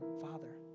father